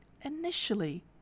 Initially